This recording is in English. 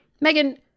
Megan